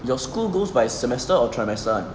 your school goes by semester or trimester one